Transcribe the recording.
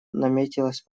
наметилась